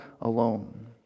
alone